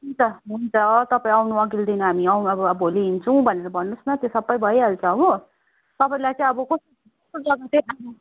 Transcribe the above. हुन्छ हुन्छ तपाईँ आउनु अघिल्लो दिन हामी भोलि हिँड्छु भनेर भन्नुहोस् न त्यो सबै भइहाल्छ हो तपाईँलाई चाहिँ अब कस्तो जग्गा चाहिँ